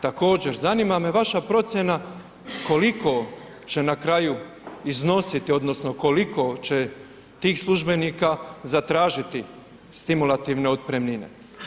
Također, zanima me vaša procjena koliko će na kraju iznositi odnosno koliko će tih službenika zatražiti stimulativne otpremnine?